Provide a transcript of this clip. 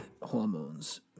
Hormones